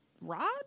rod